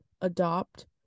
adopt